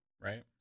Right